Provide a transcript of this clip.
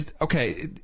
okay